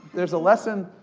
there's a lesson,